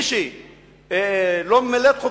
מי שלא ממלא את חובתו,